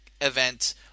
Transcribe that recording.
event